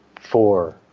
four